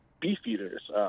Beefeaters